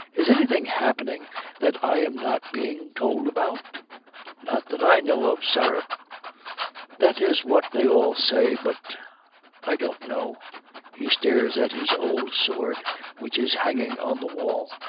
is anything happening that i am not being told about not that i know of, sir that is what they all say, but i don't know he stares at his old sword which is hanging on the wall.